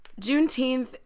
Juneteenth